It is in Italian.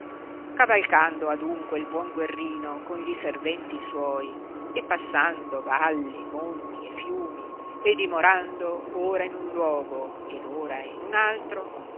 cavalcando adunque il buon guerrino con gli serventi suoi e passando valli monti e fiumi e dimorando ora in un luogo ed ora in uno altro